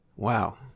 Wow